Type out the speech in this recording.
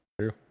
true